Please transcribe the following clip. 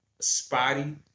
spotty